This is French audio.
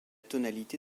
tonalité